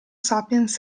sapiens